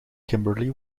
kimberley